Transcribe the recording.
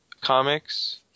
comics